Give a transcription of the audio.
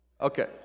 Okay